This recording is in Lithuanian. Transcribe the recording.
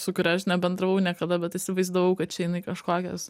su kuria aš bendravau niekada bet įsivaizdavau kad čia jinai kažkokios